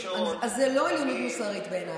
זאת לא עליונות מוסרית בעיניי.